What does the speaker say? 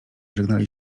żegnali